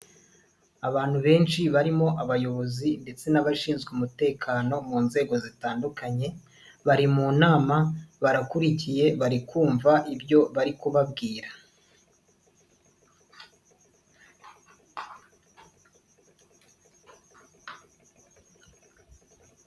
Abantu benshi barimo abayobozi ndetse n'abashinzwe umutekano mu nzego zitandukanye, bari mu nama barakurikiye bari kumvamva ibyo bari kubabwira.